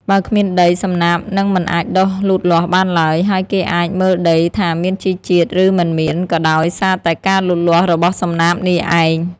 បើគ្មានដី សំណាបនឹងមិនអាចដុះលូតលាស់បានឡើយ ហើយគេអាចមើលដីថាមានជីជាតិ ឬមិនមានក៏ដោយសារតែការលូតលាស់របស់សំណាបនេះឯង។